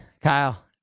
Kyle